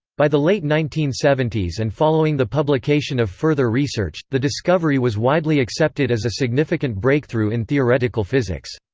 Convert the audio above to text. by the late nineteen seventy s and following the publication of further research, the discovery was widely accepted as a significant breakthrough in theoretical physics.